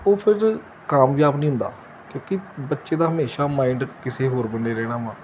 ਉਹ ਫਿਰ ਕਾਮਯਾਬ ਨਹੀਂ ਹੁੰਦਾ ਕਿਉਂਕਿ ਬੱਚੇ ਦਾ ਹਮੇਸ਼ਾ ਮਾਇੰਡ ਕਿਸੇ ਹੋਰ ਬੰਨੇ ਰਹਿਣਾ ਵਾ